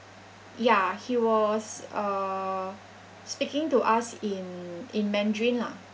ya he was uh speaking to us in in mandarin lah